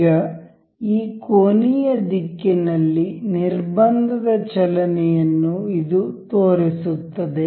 ಈಗ ಈ ಕೋನೀಯ ದಿಕ್ಕಿನಲ್ಲಿ ನಿರ್ಬಂಧದ ಚಲನೆಯನ್ನು ಇದು ತೋರಿಸುತ್ತದೆ